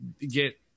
get